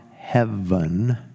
heaven